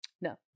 No